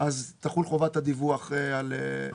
אז תחול חובת הדיווח עליה.